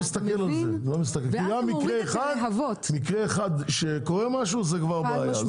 מקרה אחד כאשר קורה, משהו זה כבר בעיה.